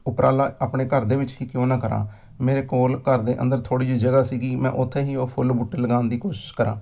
ਉਪਰਾਲਾ ਆਪਣੇ ਘਰ ਦੇ ਵਿੱਚ ਹੀ ਕਿਉਂ ਨਾ ਕਰਾਂ ਮੇਰੇ ਕੋਲ ਘਰ ਦੇ ਅੰਦਰ ਥੋੜ੍ਹੀ ਜਿਹੀ ਜਗ੍ਹਾ ਸੀਗੀ ਮੈਂ ਉੱਥੇ ਹੀ ਉਹ ਫੁੱਲ ਬੂਟੇ ਲਗਾਉਣ ਦੀ ਕੋਸ਼ਿਸ਼ ਕਰਾਂ